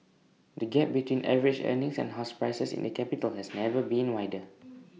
the gap between average earnings and house prices in the capital has never been wider